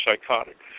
psychotic